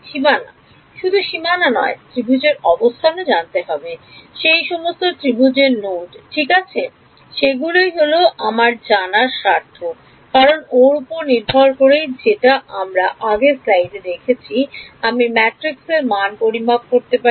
সীমানা শুধু সীমানা নয় ত্রিভুজের অবস্থান জানতে হবে সেই সমস্ত ত্রিভুজের নোড ঠিক আছে সেগুলোই হল আমার জানার স্বার্থ কারণ ওর উপর নির্ভর করেই যেটা আমরা আগের স্লাইডে দেখেছি আমি ম্যাট্রিক্সের মান পরিমাপ করতে পারি